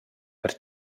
per